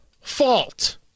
fault